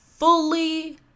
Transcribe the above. fully